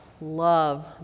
love